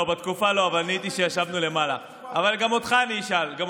אתה לא היית בתקופה שהיא הייתה יו"ר ועדת הקורונה בכלל.